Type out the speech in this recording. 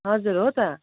हजुर हो त